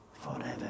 forever